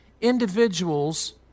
individuals